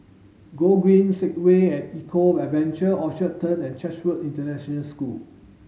Gogreen Segway at Eco Adventure Orchard Turn and Chatsworth International School